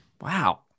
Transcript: wow